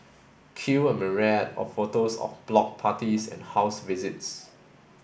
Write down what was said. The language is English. cue a myriad of photos of block parties and house visits